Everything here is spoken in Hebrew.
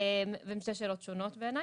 הן שתי שאלות שונות בעיניי.